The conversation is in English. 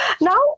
Now